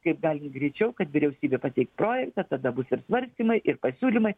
kaip galint greičiau kad vyriausybė pateiks projektą tada bus ir svarstymai ir pasiūlymai